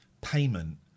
payment